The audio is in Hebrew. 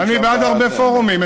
אני בעד הרבה פורומים,